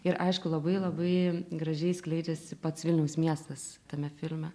ir aišku labai labai gražiai skleidžiasi pats vilniaus miestas tame filme